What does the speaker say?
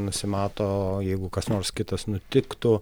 nusimato jeigu kas nors kitas nutiktų